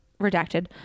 redacted